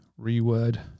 reword